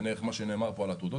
עיין ערך מה שנאמר פה על עתודות,